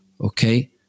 Okay